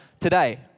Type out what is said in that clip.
today